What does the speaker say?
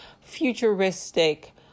futuristic